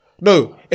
No